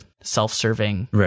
self-serving